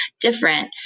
different